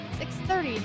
630